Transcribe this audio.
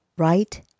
right